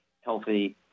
healthy